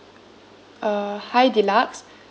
uh high deluxe